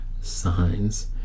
signs